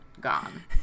gone